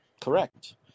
correct